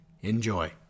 enjoy